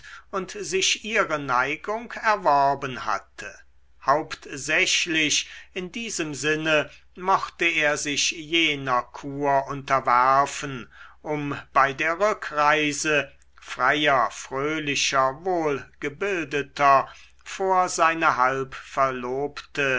und sich ihre neigung erworben hatte hauptsächlich in diesem sinne mochte er sich jener kur unterwerfen um bei der rückreise freier fröhlicher wohlgebildeter vor seine